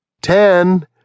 Ten